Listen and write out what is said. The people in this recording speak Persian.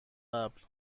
قبل